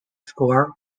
score